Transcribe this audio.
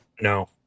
no